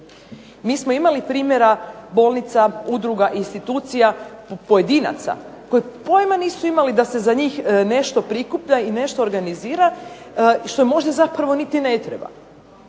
Mi smo imali primjera bolnica, udruga, institucija, pojedinaca koji pojma nisu imali da se za njih nešto prikuplja i nešto organizira što možda zapravo niti ne treba.